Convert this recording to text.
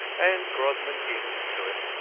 and grodman yielded to it.